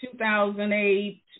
2008